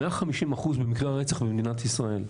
150 אחוזים ממקרי הרצח בישראל.